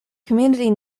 community